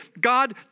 God